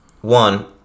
one